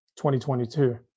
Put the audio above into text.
2022